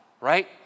right